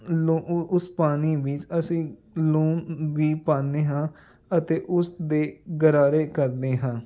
ਲੋ ਉ ਉਸ ਪਾਣੀ ਵਿੱਚ ਅਸੀਂ ਲੂਣ ਵੀ ਪਾਉਂਦੇ ਹਾਂ ਅਤੇ ਉਸਦੇ ਗਰਾਰੇ ਕਰਦੇ ਹਾਂ